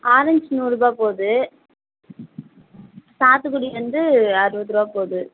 orange நூறு ரூபாய் போகுது சாத்துக்குடி வந்து அறுபது ரூபாய் போகுது